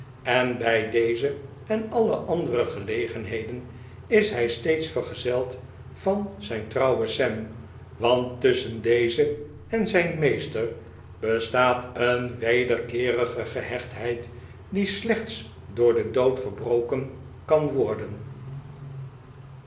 en bij deze en alle andere gelegenheden is hij steeds vergezeld van zijn trouwen sam want tusschen dezen en zijn meester bestaat een wederkeerige gehechtheid die slechts door den dood verbroken kan worden